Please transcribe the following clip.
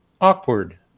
Awkward